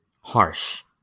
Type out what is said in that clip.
harsh